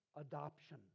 adoption